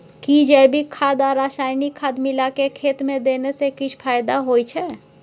कि जैविक खाद आ रसायनिक खाद मिलाके खेत मे देने से किछ फायदा होय छै?